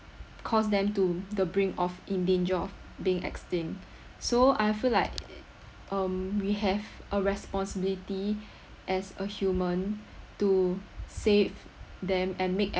caused them to the brink of in danger of being extinct so I feel like um we have a responsibility as a human to save them and make